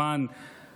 למען